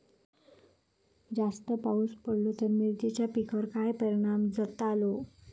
जास्त पाऊस पडलो तर मिरचीच्या पिकार काय परणाम जतालो?